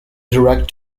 direct